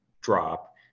drop